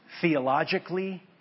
theologically